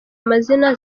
amazina